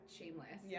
Shameless